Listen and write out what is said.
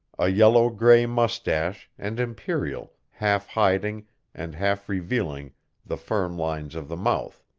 a yellow-gray mustache and imperial half-hiding and half-revealing the firm lines of the mouth,